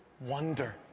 wonder